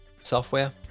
software